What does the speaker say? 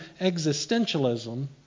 existentialism